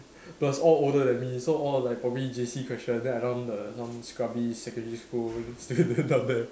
plus all older than me so all like probably J_C question then I non the non scrubby secondary school student down there